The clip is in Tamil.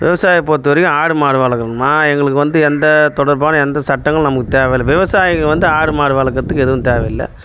விவசாயம் பொறுத்தவரைக்கும் ஆடு மாடு வளர்க்கணுன்னால் எங்களுக்கு வந்து எந்த தொடர்பான எந்த சட்டங்களும் நமக்கு தேவையில்லை விவசாயிங்கள் வந்து ஆடு மாடு வளர்க்கறதுக்கு எதுவும் தேவையில்லை